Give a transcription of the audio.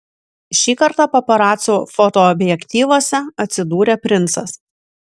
šį kartą paparacų fotoobjektyvuose atsidūrė princas